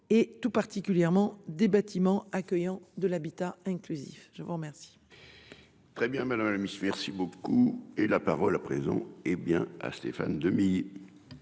et tout particulièrement des bâtiments accueillants de l'habitat inclusif. Je vous remercie. Très bien malin la miss. Merci beaucoup et la parole à présent hé bien à Stéphane Demilly.